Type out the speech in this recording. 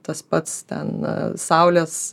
tas pats ten saulės